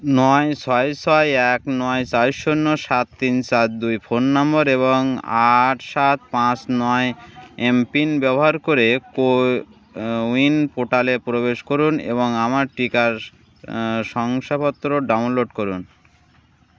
নয় ছয় ছয় এক নয় চয় শূন্য সাত তিন সাত দুই ফোন নম্বর এবং আট সাত পাঁচ নয় এমপিন ব্যবহার করে কোউইন পোর্টালে প্রবেশ করুন এবং আমার টিকা শংসাপত্র ডাউনলোড করুন